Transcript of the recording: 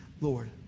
Lord